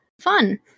Fun